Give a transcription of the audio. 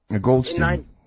Goldstein